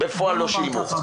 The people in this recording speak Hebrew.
בפועל לא שילמו.